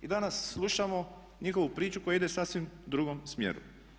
I danas slušamo njihovu priču koja ide u sasvim drugom smjeru.